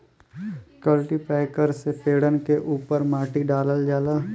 cultipacker से पेड़न के उपर माटी डालल जाला